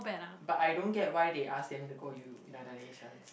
but I don't get why they ask them to go u~ United Nations